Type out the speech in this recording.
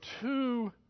two